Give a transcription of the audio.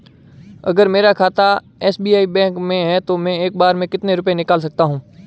अगर मेरा खाता एस.बी.आई बैंक में है तो मैं एक बार में कितने रुपए निकाल सकता हूँ?